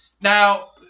Now